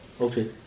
Okay